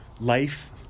life